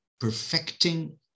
perfecting